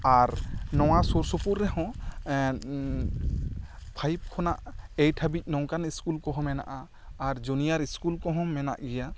ᱟᱨ ᱱᱚᱣᱟ ᱥᱩᱨ ᱥᱩᱯᱩᱨ ᱨᱮᱦᱚᱸ ᱯᱷᱟᱭᱤᱵᱽ ᱠᱷᱚᱱᱟᱜ ᱮᱭᱤᱴ ᱦᱟᱹᱵᱤᱡ ᱱᱚᱝᱠᱟᱱ ᱤᱥᱠᱩᱞ ᱠᱚᱦᱚᱸ ᱢᱮᱱᱟᱜᱼᱟ ᱟᱨ ᱡᱩᱱᱤᱭᱟᱹᱨ ᱤᱥᱠᱩᱞ ᱠᱚᱦᱚᱸ ᱢᱮᱱᱟᱜ ᱜᱮᱭᱟ